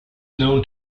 known